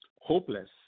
Hopeless